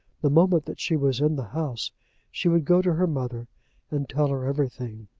the moment that she was in the house she would go to her mother and tell her everything.